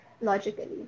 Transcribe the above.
logically